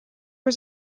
was